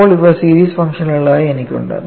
ഇപ്പോൾ ഇവ സീരീസ് ഫംഗ്ഷനുകളായി എനിക്കുണ്ട്